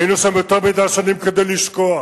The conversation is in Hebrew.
היינו שם יותר מדי שנים כדי לשכוח.